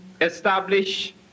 establish